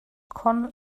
con